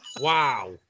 Wow